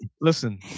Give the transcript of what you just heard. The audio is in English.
Listen